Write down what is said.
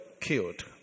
Killed